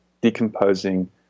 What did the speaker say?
decomposing